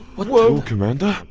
lord commander?